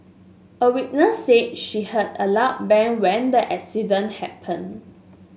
a witness said she heard a loud bang when the accident happened